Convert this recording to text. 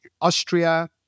Austria